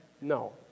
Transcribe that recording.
No